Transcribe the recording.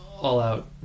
all-out